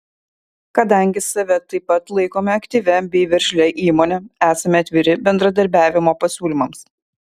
kadangi save taip pat laikome aktyvia bei veržlia įmone esame atviri bendradarbiavimo pasiūlymams